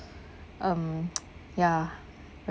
um ya